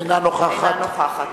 אינה נוכחת